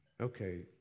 Okay